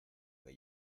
que